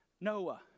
Noah